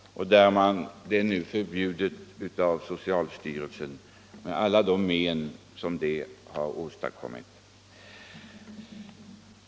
Det har nu förbjudits av socialstyrelsen med alla de men detta åstadkommit.